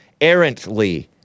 errantly